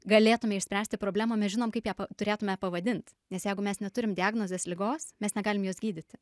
galėtume išspręsti problemą mes žinom kaip ją pa turėtume pavadint nes jeigu mes neturim diagnozės ligos mes negalim jos gydyti